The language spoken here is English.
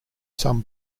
some